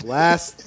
last